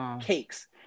cakes